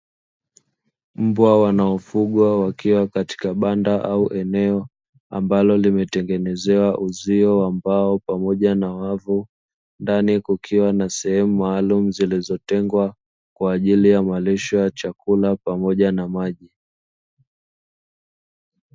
Mbwa wanaofugwa wakiwa katika banda au eneo ambalo limetengenezewa uzio wa mbao pamoja na wavu, ndani kukiwa na sehemu maalumu zilizotengwa wa ajili ya malisho ya chakula pamoja na maji.